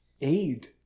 aid